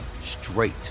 straight